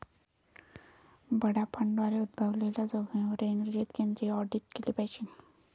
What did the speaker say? बडा फंडांद्वारे उद्भवलेल्या जोखमींवर इंग्रजी केंद्रित ऑडिट केले पाहिजे